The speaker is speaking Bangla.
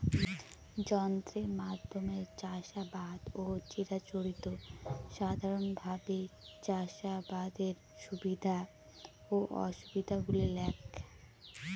যন্ত্রের মাধ্যমে চাষাবাদ ও চিরাচরিত সাধারণভাবে চাষাবাদের সুবিধা ও অসুবিধা গুলি লেখ?